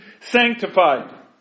sanctified